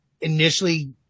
initially